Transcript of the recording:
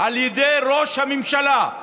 על ידי ראש הממשלה,